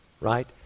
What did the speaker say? right